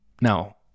Now